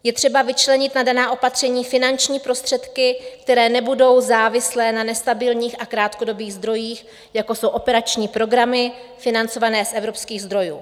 Je třeba vyčlenit na daná opatření finanční prostředky, které nebudou závislé na nestabilních a krátkodobých zdrojích, jako jsou operační programy financované z evropských zdrojů.